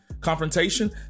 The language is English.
confrontation